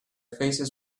faces